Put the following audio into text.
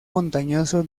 montañoso